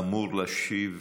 אמור להשיב